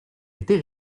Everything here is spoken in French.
été